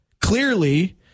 clearly